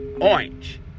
Orange